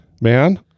man